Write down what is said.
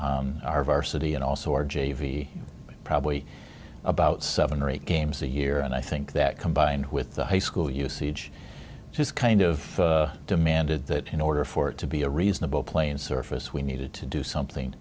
typically our varsity and also our j v probably about seven or eight games a year and i think that combined with the high school usage just kind of demanded that in order for it to be a reasonable play in surface we needed to do something